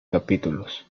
capítulos